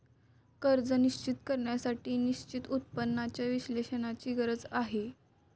कर्ज निश्चित करण्यासाठी निश्चित उत्पन्नाच्या विश्लेषणाची गरज आहे